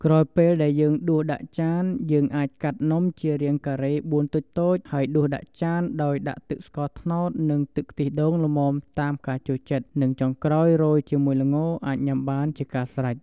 ក្រោយពេលដែលយើងដួលដាក់ចានយើងអាចកាត់នំជារាងការេ៤តូចៗ ហើយដួសដាក់ចានដោយដាក់ទឹកស្ករត្នោតនិងទឹកខ្ទះដូងល្មមតាមការចូលចិត្តនិងចុងក្រោយរោយជាមួយល្ងរអាចញុាំបានជាការស្រេច។